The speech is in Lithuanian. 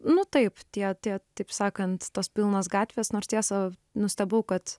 nu taip tie tie taip sakant tos pilnos gatvės nors tiesa nustebau kad